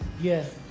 Yes